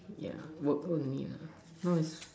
ya work with me ah now is